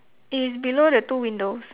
it is below the two windows